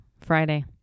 Friday